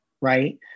Right